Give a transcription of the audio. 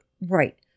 right